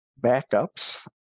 backups